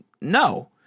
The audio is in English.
No